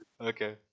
Okay